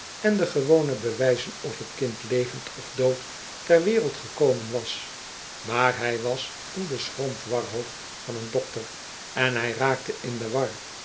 en de gewone bewijzen of t kind levend of dood ter wereld gekomen was maar hij was een beschroomd warhoofd van een dokter en hij raakte in de war